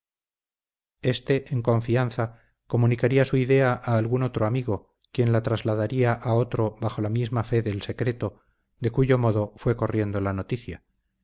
éste en confianza comunicaría su idea a algún otro amigo quien la trasladaría a otro bajo la misma fe del secreto de cuyo modo fue corriendo la noticia